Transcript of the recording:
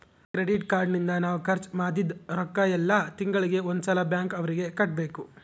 credit card ನಿಂದ ನಾವ್ ಖರ್ಚ ಮದಿದ್ದ್ ರೊಕ್ಕ ಯೆಲ್ಲ ತಿಂಗಳಿಗೆ ಒಂದ್ ಸಲ ಬ್ಯಾಂಕ್ ಅವರಿಗೆ ಕಟ್ಬೆಕು